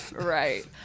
Right